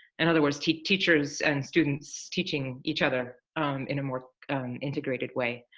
in other words, teachers and students teaching each other in a more integrated way.